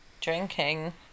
drinking